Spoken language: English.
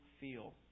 feel